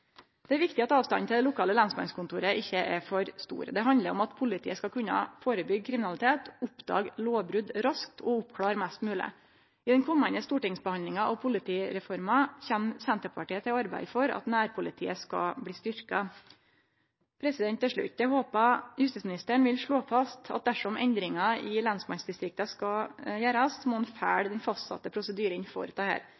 Det er viktig at avstanden til det lokale lensmannskontoret ikkje er for stor. Det handlar om at politiet skal kunne førebyggje kriminalitet, oppdage lovbrot raskt og klare opp mest mogleg. I den komande stortingsbehandlinga av politireforma kjem Senterpartiet til å arbeide for at nærpolitiet skal bli styrkt. Til slutt: Eg håpar justisministeren vil slå fast at dersom endringar i lensmannsdistrikt skal gjerast, må ein